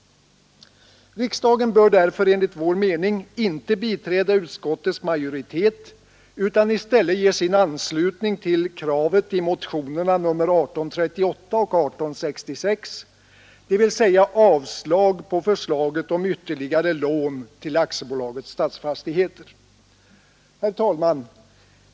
Riksdagen bör därför enligt vår mening inte biträda utskottets Herr talman!